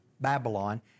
Babylon